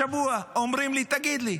השבוע אומרים לי: תגיד לי,